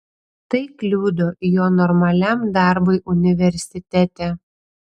tai kliudo jo normaliam darbui universitete